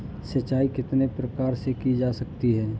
सिंचाई कितने प्रकार से की जा सकती है?